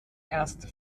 erste